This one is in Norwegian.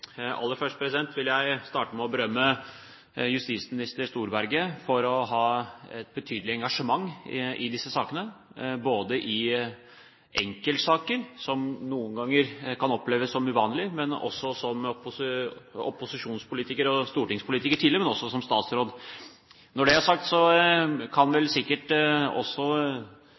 Aller først vil jeg starte med å berømme justisminister Storberget for å ha et betydelig engasjement i disse sakene – også i enkeltsaker, som noen ganger kan oppleves som uvanlig – tidligere som opposisjonspolitiker og stortingspolitiker, og nå også som statsråd. Når det er sagt, kan sikkert også